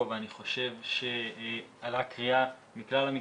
ואני חושב שעלתה קריאה מכלל המגזרים,